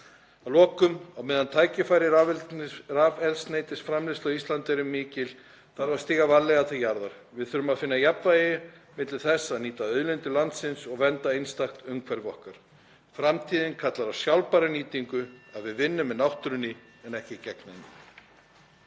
Að lokum: Á meðan tækifæri rafeldsneytisframleiðslu á Íslandi eru mikil þarf að stíga varlega til jarðar. Við þurfum að finna jafnvægi milli þess að nýta auðlindir landsins og vernda einstakt umhverfi okkar. Framtíðin kallar á sjálfbæra nýtingu, að við vinnum með náttúrunni en ekki gegn henni.